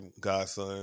Godson